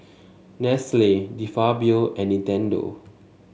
Nestle De Fabio and Nintendo